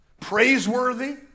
praiseworthy